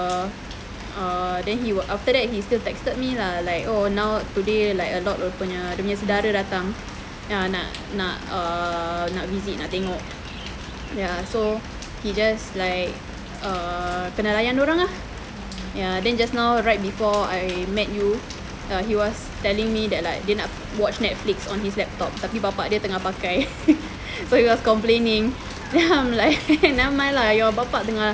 err then after that he still texted me lah like oh now today like a lot dia nya dia punya sedara datang ya nak nak uh nak visit nak tengok ya so he just like uh kena layan dorang ya then just now right before I met you he was telling me that like dia nak watch netflix on his laptop tapi bapa dia tengah pakai so he was complaining then I'm like never mind lah your bapa tengah